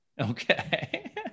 Okay